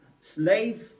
slave